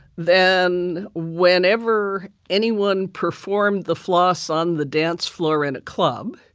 then whenever anyone performed the floss on the dance floor in a club,